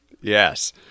Yes